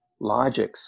logics